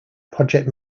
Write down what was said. project